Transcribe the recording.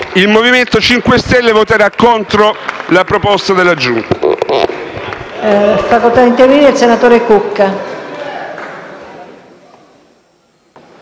il Movimento 5 Stelle voterà contro la proposta della Giunta.